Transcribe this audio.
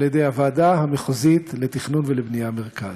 על-ידי הוועדה המחוזית לתכנון ולבנייה, מרכז.